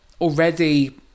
already